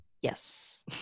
Yes